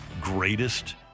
greatest